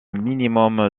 minimum